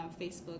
Facebook